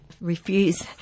refuse